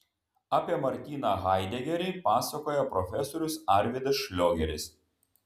apie martiną haidegerį pasakoja profesorius arvydas šliogeris